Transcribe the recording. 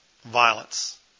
Violence